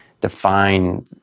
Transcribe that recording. define